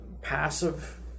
passive